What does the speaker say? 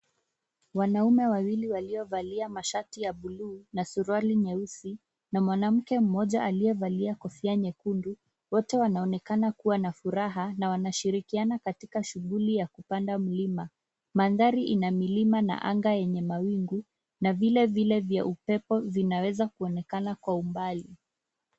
Wanaume wawili waliovalia mashati ya buluu na suruali nyeusi na mwanamke mmoja aliyevalia kofia nyekundu wote wanaonekana kuwa na furaha na wanashirikiana katika shughuli ya kupanda mlima. Mandhari ina milima na anga yenye mawingu na vilevile vya upepo vinaweza kuonekana kwa umbali.